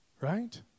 Right